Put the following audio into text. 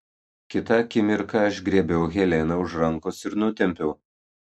kitą akimirką aš griebiau heleną už rankos ir nutempiau